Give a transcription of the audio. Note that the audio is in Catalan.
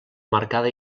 marcada